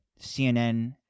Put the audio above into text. CNN